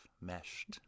meshed